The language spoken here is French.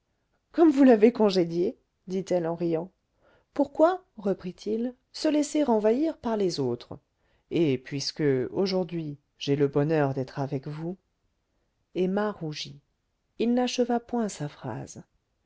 comme vous l'avez congédié dit-elle en riant pourquoi reprit-il se laisser envahir par les autres et puisque aujourd'hui j'ai le bonheur d'être avec vous emma rougit il n'acheva point sa phrase